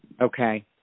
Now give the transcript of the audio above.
Okay